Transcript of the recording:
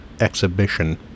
exhibition